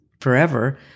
forever